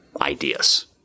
ideas